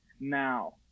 now